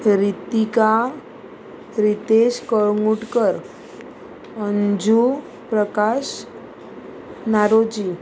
Ritika Ritesh Kalangutkar Anju Prakash Naoroji